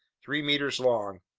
three meters long,